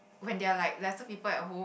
when there are like lesser people at home